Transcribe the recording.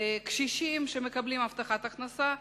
קשישים שמקבלים הבטחת הכנסה,